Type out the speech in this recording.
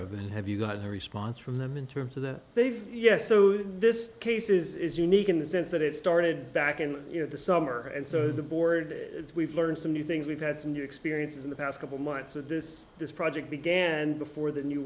of and have you got a response from them in terms of that they've yes so this case is unique in the sense that it started back in you know the summer and so the board we've learned some new things we've had some new experiences in the past couple months of this this project began before the